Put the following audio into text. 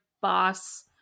boss